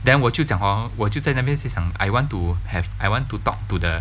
then 我就讲 hor 我就在那边是想 I want to have I want to talk to the